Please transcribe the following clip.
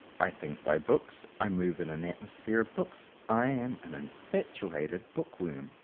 i think by books i move in an atmosphere of books i am an infatuated bookworm.